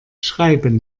schreiben